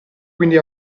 quindi